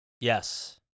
Yes